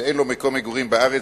ואין לו מקום מגורים בארץ,